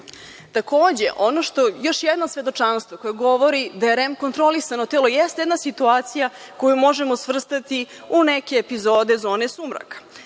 još jedno svedočanstvo koje govori da je REM kontrolisano telo, jeste jedna situacija koju možemo svrstati u neke epizode zone sumraka